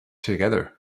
together